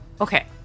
Okay